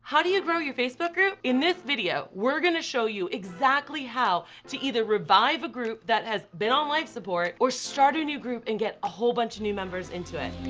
how do you grow you facebook group? in this video, we're gonna show you exactly how to either revive a group that has been on life support, or start a new group and get a whole buncha new members into it.